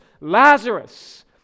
Lazarus